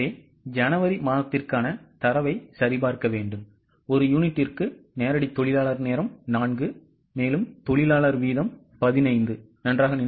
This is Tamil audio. எனவே ஜனவரி மாதத்திற்கான தரவைச் சரிபார்க்கவும் ஒரு யூனிட்டுக்கு நேரடி தொழிலாளர் நேரம் 4 தொழிலாளர் வீதம் 15